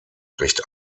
recht